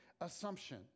assumption